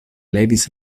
levis